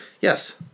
Yes